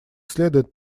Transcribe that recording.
следует